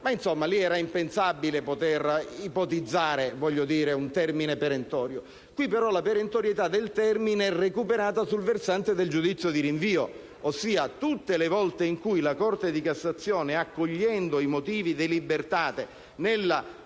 caso era impensabile poter ipotizzare un termine perentorio. In questo caso, però, la perentorietà del termine è recuperata sul versante del giudizio di rinvio: tutte le volte in cui la Corte di cassazione, accogliendo i motivi *de libertate*, nella